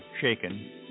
shaken